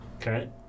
Okay